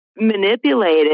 manipulated